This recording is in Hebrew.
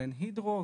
בין הידרו,